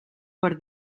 per